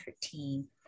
team